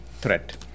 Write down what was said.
threat